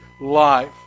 life